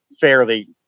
fairly